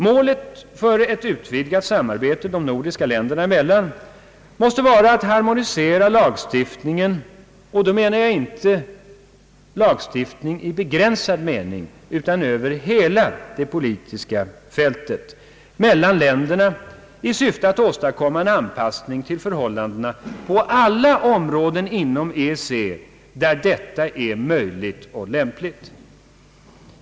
Målet för ett utvidgat samarbete de nordiska länderna emellan måste vara att harmoniera lagstiftningen — och då menar jag inte lagstiftning i begränsad mening utan över hela det politiska fältet — mellan länderna i syfte att åstadkomma en anpassning till förhållandena på alla områden inom EEC där detta är möjligt och lämpligt.